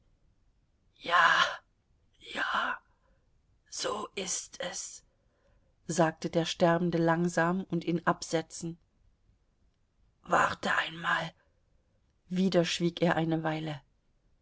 ja ja so ist es sagte der sterbende langsam und in absätzen warte einmal wieder schwieg er eine weile